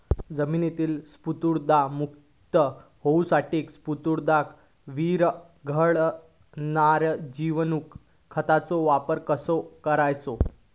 जमिनीतील स्फुदरमुक्त होऊसाठीक स्फुदर वीरघळनारो जिवाणू खताचो वापर कसो करायचो?